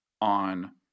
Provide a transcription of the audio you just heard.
on